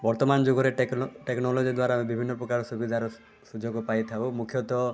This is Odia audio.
ବର୍ତ୍ତମାନ ଯୁଗରେ ଟେକ୍ନୋ ଟେକ୍ନୋଲୋଜି ଦ୍ୱାରା ବିଭିନ୍ନପ୍ରକାର ସୁବିଧାର ସୁଯୋଗ ପାଇଥାଉ ମୁଖ୍ୟତଃ